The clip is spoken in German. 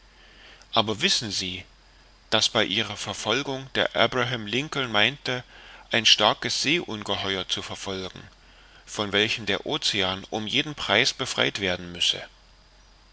aber wissen sie daß bei ihrer verfolgung der abraham lincoln meinte ein starkes seeungeheuer zu verfolgen von welchem der ocean um jeden preis befreit werden müsse